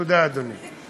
תודה, אדוני.